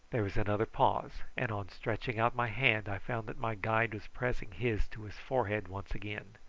there was another pause, and on stretching out my hand i found that my guide was pressing his to his forehead once again.